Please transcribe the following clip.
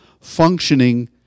functioning